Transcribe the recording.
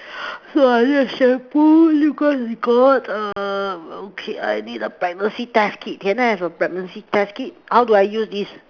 so I need a shampoo lip gloss got uh okay I need a pregnancy test kit can I have a pregnancy test kit how do I use this